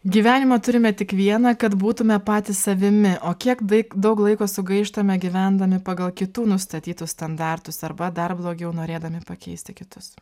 gyvenimą turime tik vieną kad būtume patys savimi o kiek daig daug laiko sugaištame gyvendami pagal kitų nustatytus standartus arba dar blogiau norėdami pakeisti kitus